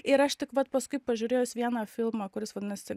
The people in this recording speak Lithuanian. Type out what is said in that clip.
ir aš tik vat paskui pažiūrėjus vieną filmą kuris vadinasi